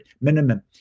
minimum